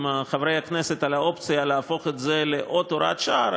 חברי הכנסת על האופציה להפוך את זה לעוד הוראת שעה,